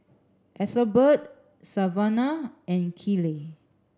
Ethelbert Savanah and Kiley